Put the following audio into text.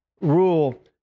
rule